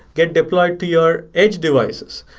get deployed to your edge devices,